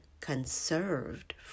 conserved